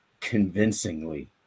convincingly